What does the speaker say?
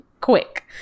quick